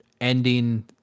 ending